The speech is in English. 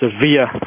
severe